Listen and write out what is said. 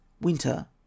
winter